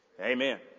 Amen